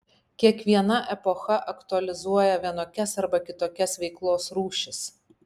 kiekviena epocha aktualizuoja vienokias arba kitokias veiklos rūšis